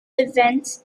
events